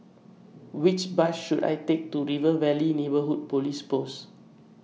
Which Bus should I Take to River Valley Neighbourhood Police Post